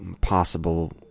possible